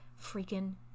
freaking